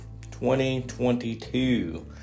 2022